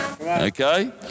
Okay